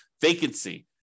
vacancy